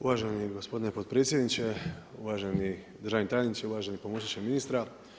Uvaženi gospodine potpredsjedniče, uvaženi državni tajniče, uvaženi pomoćniče ministra.